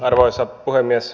arvoisa puhemies